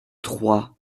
trois